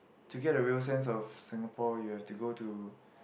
to get a real sense of Singapore you have to go to